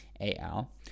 Al